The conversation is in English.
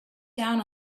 down